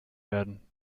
werden